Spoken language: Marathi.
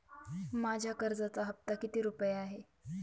माझ्या कर्जाचा हफ्ता किती रुपये आहे?